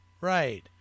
right